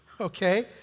okay